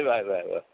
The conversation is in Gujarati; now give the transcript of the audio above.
આયો આયો આયો